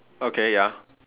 okay ya